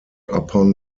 upon